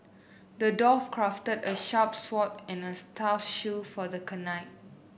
the dwarf crafted a sharp sword and nurse tough shield for the knight